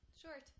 short